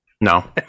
no